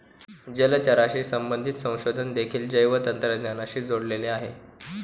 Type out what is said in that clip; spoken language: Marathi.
जलचराशी संबंधित संशोधन देखील जैवतंत्रज्ञानाशी जोडलेले आहे